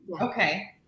Okay